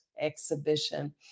exhibition